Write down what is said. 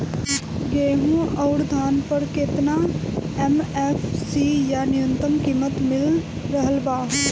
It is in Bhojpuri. गेहूं अउर धान पर केतना एम.एफ.सी या न्यूनतम कीमत मिल रहल बा?